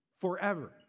forever